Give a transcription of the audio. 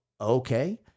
okay